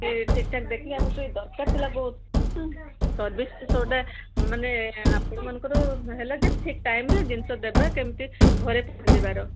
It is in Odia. ସେ ଠିକ୍ ଠାକ୍ ଦେଖି ଆମେର ତ ଦରକାର ଥିଲା ବହୁତ ସର୍ଭିସ୍ ଯେଉଁଟା ମାନେ ଆପଣମାନଙ୍କର ହେଲା ଯେ ଠିକ୍ ଟାଇମ୍ରେ ଜିନିଷ ଦେବେ କେମିତି ଘରେ ପହଞ୍ଚିବାର